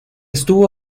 estuvo